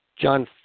John